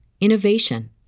innovation